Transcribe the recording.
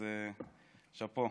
אז שאפו.